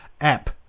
app